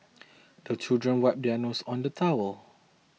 the children wipe their noses on the towel